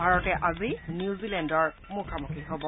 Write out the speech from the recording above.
ভাৰতে আজি নিউজিলেণ্ডৰ মুখামুখি হ'ব